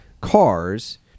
cars